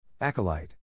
Acolyte